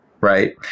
right